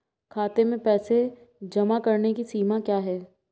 खाते में पैसे जमा करने की सीमा क्या है?